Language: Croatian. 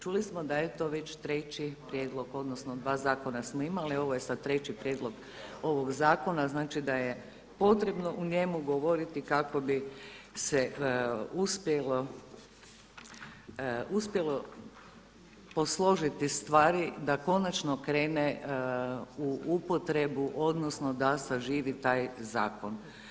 Čuli smo da već treći prijedlog odnosno dva zakona smo imali, ovo je sada treći prijedlog ovog zakona znači da je potrebno u njemu govoriti kako bi se uspjelo posložiti stvari da konačno krene u upotrebu odnosno da saživi taj zakon.